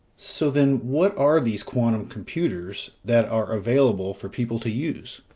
so then, what are these quantum computers that are available for people to use?